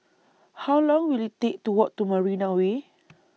How Long Will IT Take to Walk to Marina Way